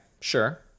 sure